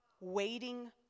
Waiting